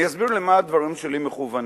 אני אסביר למה הדברים שלי מכוונים.